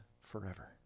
forever